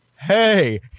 hey